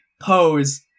pose